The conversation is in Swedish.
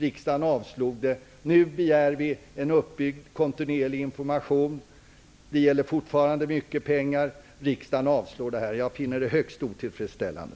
Riksdagen avslog vårt förslag. Nu begär vi kontinuerlig information. Det gäller fortfarande mycket pengar. Riksdagen kommer att avvisa vår begäran. Jag finner det högst otillfredsställande.